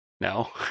no